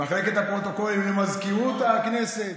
מחלקת הפרוטוקולים, למזכירות הכנסת,